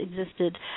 existed